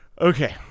Okay